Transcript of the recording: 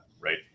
right